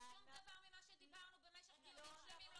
שום דבר ממה שדיברנו במשך דיונים שלמים לא